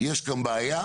יש כאן בעיה,